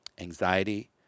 anxiety